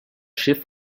schiff